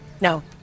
No